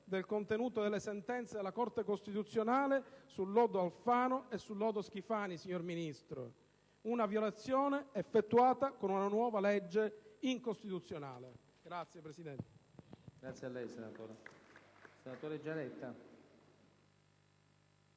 del contenuto delle sentenze della Corte costituzionale sul lodo Alfano e sul lodo Schifani, signor Ministro: una violazione effettuata con una nuova legge incostituzionale. *(Applausi